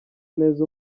neza